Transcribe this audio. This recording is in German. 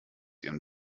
ihren